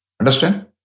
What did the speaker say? understand